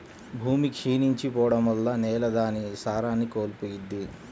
భూమి క్షీణించి పోడం వల్ల నేల దాని సారాన్ని కోల్పోయిద్ది